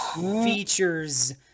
Features